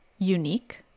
Unique